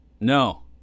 No